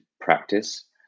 practice